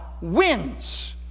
wins